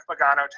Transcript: Pagano